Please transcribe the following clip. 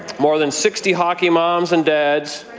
more than sixty hockey moms and dads,